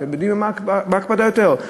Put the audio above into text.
אתם יודעים במה ההקפדה רבה יותר?